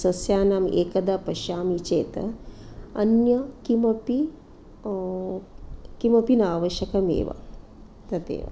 सस्यानाम् एकदा पश्यामि चेत् अन्य किमपि किमपि न आवश्यकमेव तदेव